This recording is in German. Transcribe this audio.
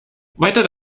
weitere